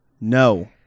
No